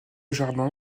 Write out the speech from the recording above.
jardin